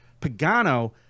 pagano